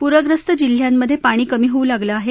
पूरग्रस्त जिल्ह्यांमधे पाणी कमी होऊ लागलं आहे